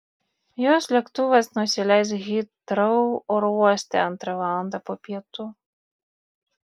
jos lėktuvas nusileis hitrou oro uoste antrą valandą po pietų